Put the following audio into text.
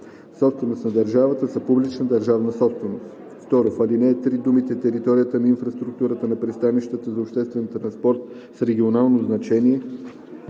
собственост на държавата, са публична държавна собственост.“ 2. В ал. 3 думите „Територията и инфраструктурата на пристанищата за обществен транспорт с регионално значение“